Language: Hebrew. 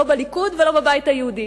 לא בליכוד ולא בבית היהודי.